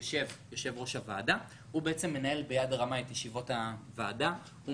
אדוני יושב-ראש ועדת הכספים